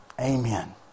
Amen